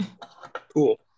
cool